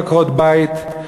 עקרות-בית.